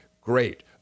great